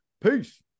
Peace